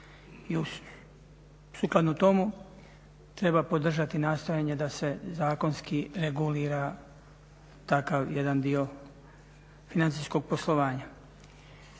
I sukladno tome treba podržati nastojanje da se zakonski regulira takav jedan dio financijskog poslovanja.